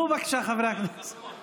חבר הכנסת